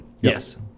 Yes